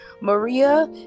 Maria